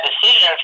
decisions